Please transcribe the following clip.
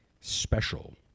special